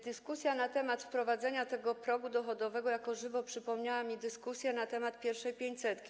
Dyskusja na temat wprowadzenia tego progu dochodowego jako żywo przypomniała mi dyskusję na temat pierwszej pięćsetki.